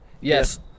Yes